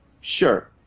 Sure